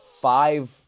five